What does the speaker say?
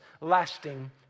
lasting